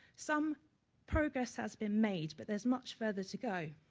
some progress has been made but there's much further to go.